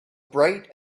bright